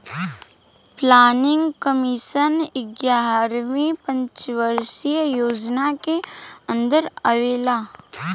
planning commission एग्यारहवी पंचवर्षीय योजना के अन्दर आवेला